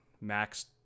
max